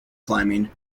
climbing